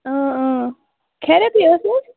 اۭں خیریتٕے اوس حظ